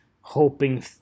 hoping